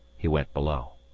he went below.